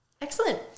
Excellent